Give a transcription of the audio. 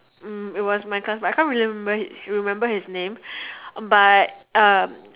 mm it was my classmate I can't really remember his remember his name but um